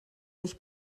mich